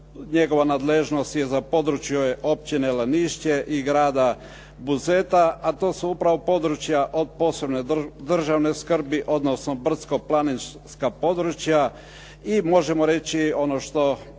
njegova nadležnost je za područje općine Lanišće i grada Buzeta a to su upravo područja od posebne državne skrbi odnosno brdsko-planinska područja. I možemo reći ono što